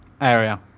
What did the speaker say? area